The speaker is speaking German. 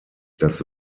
das